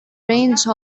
range